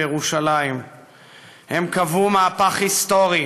בירושלים הם קבעו מהפך היסטורי: